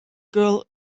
girl